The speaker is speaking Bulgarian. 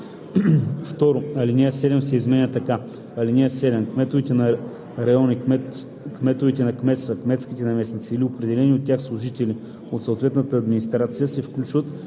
2. Алинея 7 се изменя така: „(7) Кметовете на райони, кметовете на кметства, кметските наместници или определени от тях служители от съответната администрация се включват